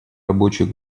рабочих